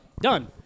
done